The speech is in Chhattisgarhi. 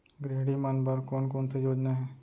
गृहिणी मन बर कोन कोन से योजना हे?